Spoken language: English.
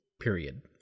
period